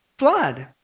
Flood